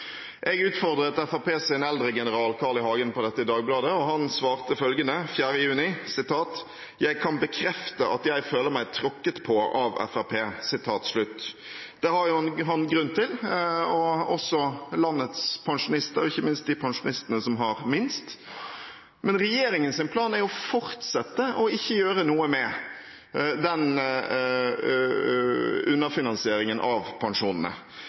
Jeg utfordret Fremskrittspartiets eldregeneral, Carl I. Hagen, på dette i Dagbladet, og han svarte følgende 4. juni: «Jeg kan bekrefte at jeg føler meg tråkket på av Fremskrittspartiet.» Det har han grunn til, og det har også landets pensjonister, ikke minst de pensjonistene som har minst. Men regjeringens plan er å fortsette ikke å gjøre noe med underfinansieringen av pensjonene.